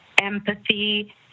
empathy